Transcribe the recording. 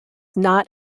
not